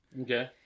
okay